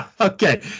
Okay